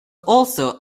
also